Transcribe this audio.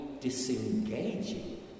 disengaging